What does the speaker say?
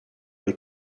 les